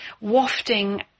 wafting